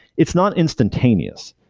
it's not instantaneous,